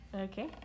Okay